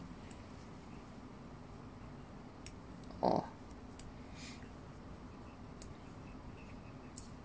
oh